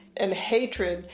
and hatred.